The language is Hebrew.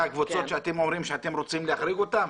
אלה הקבוצות שאתם אומרים שאתם רוצים להחריג אותם.